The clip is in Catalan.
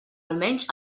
almenys